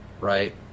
right